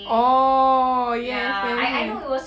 orh yes yes yes